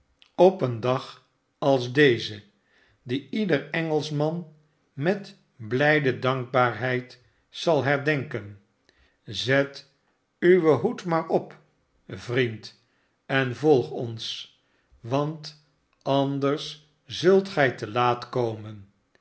op en dag als deze dien ieder engelschman met blijde dankbaarheid zal herdenken zet uw hoed maar op vriend en volg ons want anders zult gij te laat komen